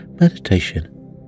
meditation